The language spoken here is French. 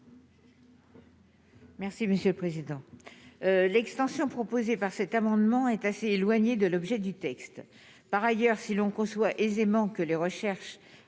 Merci monsieur le président, l'extension proposée par cet amendement est assez éloignée de l'objet du texte, par ailleurs, si l'on conçoit aisément que les recherches